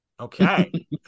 Okay